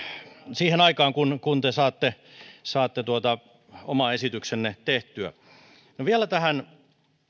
siihen aikaan kun kun te saatte saatte oman esityksenne tehtyä vielä tähän